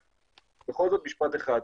בכל זאת משפט אחד.